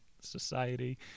Society